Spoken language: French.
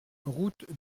route